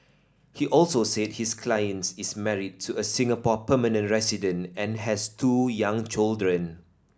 he also said his client is married to a Singapore permanent resident and has two young children